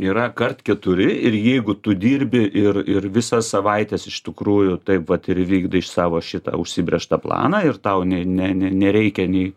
yra kart keturi ir jeigu tu dirbi ir ir visas savaites iš tikrųjų taip vat ir vykdai iš savo šitą užsibrėžtą planą ir tau ne ne nereikia nei